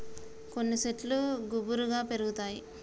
కొన్ని శెట్లు గుబురుగా పెరుగుతాయి